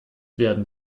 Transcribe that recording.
werden